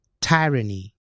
tyranny